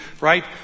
Right